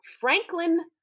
Franklin